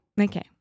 Okay